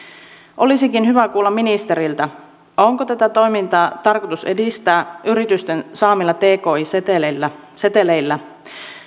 olisikin hyvä kuulla ministeriltä onko tätä toimintaa tarkoitus edistää yritysten saamilla tki seteleillä seteleillä